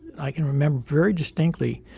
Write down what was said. i can remember very distinctly,